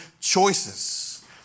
choices